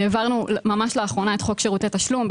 העברנו ממש לאחרונה את חוק שירותי תשלום,